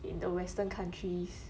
in the western countries